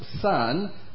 son